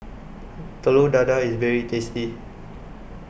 Telur Dadah IS very tasty